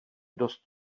dost